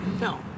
No